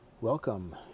welcome